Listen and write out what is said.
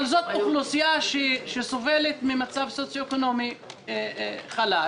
אך זו אוכלוסייה שסובלת ממצב סוציו אקונומי חלש.